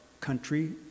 country